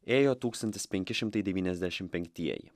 ėjo tūkstantis penki šimtai devyniasdešim penktieji